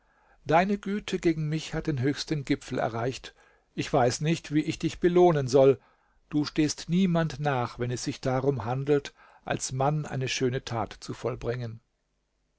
deine güte gegen mich hat den höchsten gipfel erreicht ich weiß nicht wie ich dich belohnen soll du stehst niemand nach wenn es sich darum handelt als mann eine schöne tat zu vollbringen